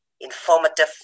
informative